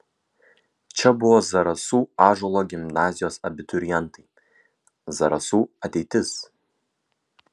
čia buvo zarasų ąžuolo gimnazijos abiturientai zarasų ateitis